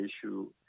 issue